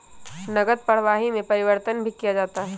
नकदी प्रवाह में परिवर्तन भी किया जा सकता है